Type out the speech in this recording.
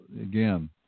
again